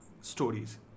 stories